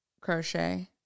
crochet